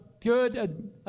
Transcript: good